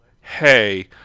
hey